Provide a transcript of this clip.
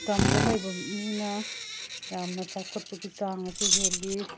ꯇꯝꯗ ꯂꯩꯕ ꯃꯤꯅ ꯌꯥꯝꯅ ꯆꯥꯎꯈꯠꯄꯒꯤ ꯆꯥꯡ ꯑꯁꯤ ꯍꯦꯜꯂꯤ